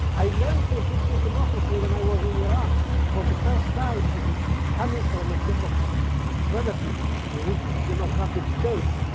i learned to appreciate democracy when i was in iran for the first time as coming from a, ah relatively, to the region, democratic state,